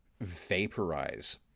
vaporize